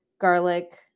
garlic